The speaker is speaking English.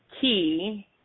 key